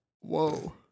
Whoa